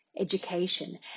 education